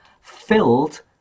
filled